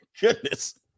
Goodness